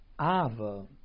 Ava